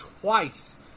twice